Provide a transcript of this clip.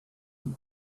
and